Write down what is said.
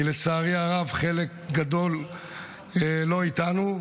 כי לצערי הרב חלק גדול לא איתנו,